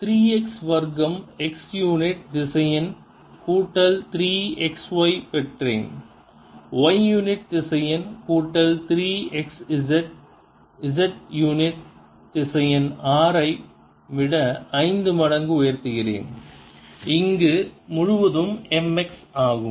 நான் 3 x வர்க்கம் x unit திசையன் கூட்டல் 3 xy பெற்றேன் y யூனிட் திசையன் கூட்டல் 3 xz z யூனிட் திசையன் r ஐ விட 5 மடங்கு உயர்த்துகிறேன் இங்கு முழுவதும் mx ஆகும்